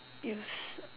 you s~